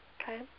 Okay